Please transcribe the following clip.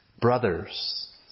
Brothers